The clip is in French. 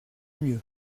mieux